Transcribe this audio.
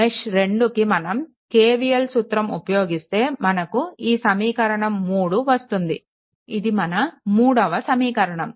మెష్2 కి మనం KVL సూత్రం ఉపయోగిస్తే మనకు ఈ సమీకరణం 3 వస్తుంది ఇది మన 3వ సమీకరణం